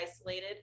isolated